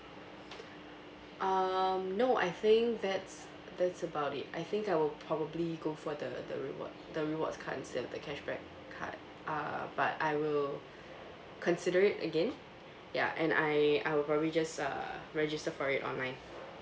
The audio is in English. um no I think that's that's about it I think I will probably go for the the reward the rewards card instead of the cashback card uh but I will consider it again ya and I I will probably just uh register for it online